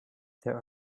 there